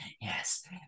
Yes